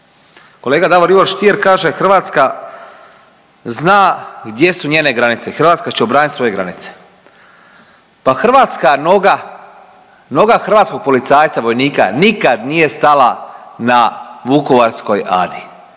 Kolega Davor Ivo Stier kaže, Hrvatska zna gdje su njene granice. Hrvatska će obraniti svoje granice. Pa hrvatska noga, noga hrvatskog policajca vojnika, nikad nije stala na Vukovarskoj Adi